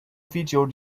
video